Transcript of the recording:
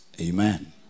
Amen